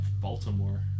Baltimore